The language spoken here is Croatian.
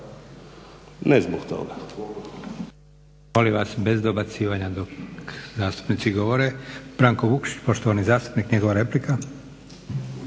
ne zbog toga.